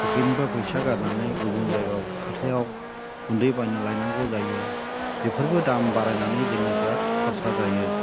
पकेटनिफ्राय फैसा गारनानै गुबुन जायगायाव हाथायाव गुन्दै बायनानै लायनांगौ जायो बेफोरबो दाम बारायनानै जोंनो बिराद खरसा जायो